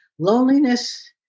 loneliness